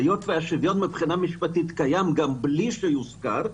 היות והשוויון מבחינה משפטית קיים גם בלי שהוזכר,